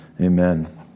Amen